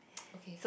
okay